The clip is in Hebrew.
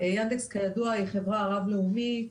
יאנדקס היא חברה רב-לאומית,